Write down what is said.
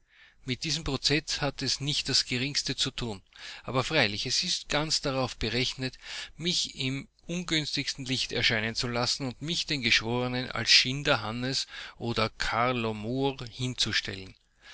mit diesem prozeß hat es nicht das geringste zu tun aber freilich es ist ganz darauf berechnet mich im ungünstigsten lichte erscheinen zu lassen und mich den geschworenen als schinderhannes oder carlo moor hinzustellen